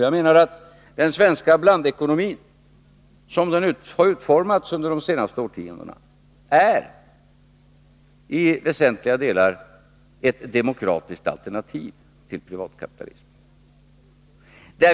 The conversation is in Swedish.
Jag menar att den svenska blandekonomin, som den har utformats under de senaste årtiondena, i väsentliga delar är ett demokratiskt alternativ till privatkapitalismen.